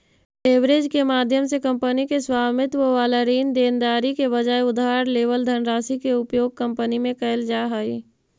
leverage के माध्यम से कंपनी के स्वामित्व वाला ऋण देनदारी के बजाय उधार लेवल धनराशि के उपयोग कंपनी में कैल जा हई